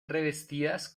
revestidas